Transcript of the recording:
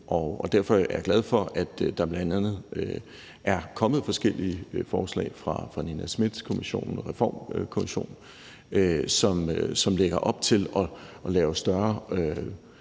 derfor er jeg glad for, at der bl.a. er kommet forskellige forslag fra Nina Smith-kommissionen og Reformkommissionen, som lægger op til at lave større